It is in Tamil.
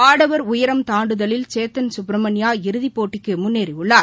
ஆடவர் உயரம் தாண்டுதலில் சேத்தன் சுப்ரமணியா இறுதிப் போட்டிக்கு முன்னேறியுள்ளார்